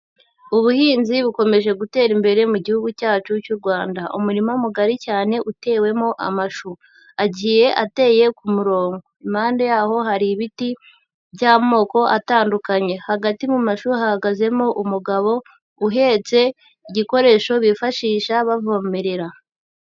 Ubuhinzi bukomeje gutera imbere mu gihugu cyacu cy'u Rwanda, umurima mugari cyane utewemo amashu, agiye ateye ku murongo, impande yaho hari ibiti by'amoko atandukanye, hagati mu mashuri hahagazemo umugabo uhetse igikoresho bifashisha bavomerera.